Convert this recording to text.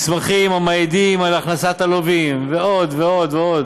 מסמכים המעידים על הכנסת הלווים ועוד ועוד עוד,